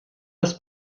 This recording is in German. des